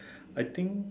I think